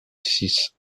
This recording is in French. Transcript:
six